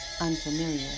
unfamiliar